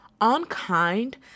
unkind